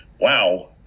wow